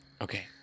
Okay